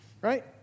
right